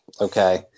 Okay